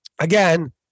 again